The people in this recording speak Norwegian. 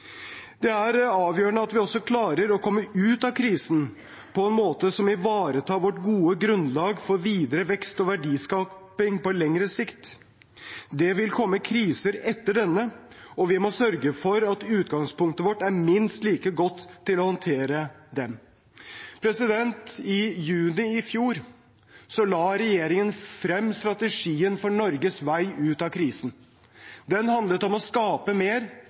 Det er avgjørende at vi også klarer å komme ut av krisen på en måte som ivaretar vårt gode grunnlag for videre vekst og verdiskaping på lengre sikt. Det vil komme kriser etter denne, og vi må sørge for at utgangspunktet vårt er minst like godt til å håndtere dem. I juni i fjor la regjeringen frem strategien for Norges vei ut av krisen. Den handlet om å skape mer